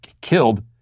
killed